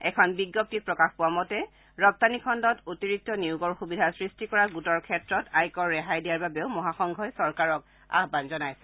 এখন বিজ্ঞপ্তিত প্ৰকাশ পোৱা মতে ৰপ্তানি খণ্ডত অতিৰিক্ত নিয়োগৰ সুবিধা সৃষ্টি কৰা গোটৰ ক্ষেত্ৰত আয়কৰ ৰেহাই দিয়াৰ বাবেও মহাসংঘই চৰকাৰক আহ্বান জনাইছে